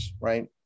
right